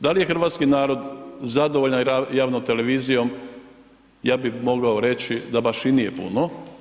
Da li je hrvatski narod zadovoljan javnom televizijom, ja bi mogao reći da baš i nije puno.